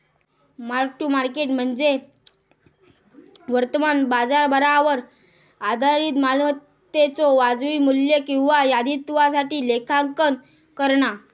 mark to market म्हणजे वर्तमान बाजारभावावर आधारित मालमत्तेच्यो वाजवी मू्ल्य किंवा दायित्वासाठी लेखांकन करणा